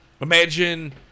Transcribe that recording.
Imagine